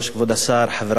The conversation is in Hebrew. חברי חברי הכנסת,